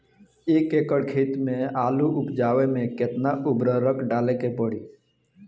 एक एकड़ खेत मे आलू उपजावे मे केतना उर्वरक डाले के पड़ी?